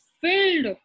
filled